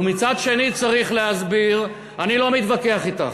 ומצד שני צריך להסביר, אני לא מתווכח אתך.